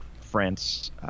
France